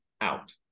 out